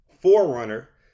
forerunner